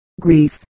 grief